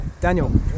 Daniel